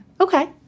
Okay